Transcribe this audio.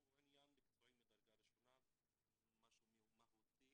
עניין מקצועי מדרגה ראשונה והוא משהו מהותי.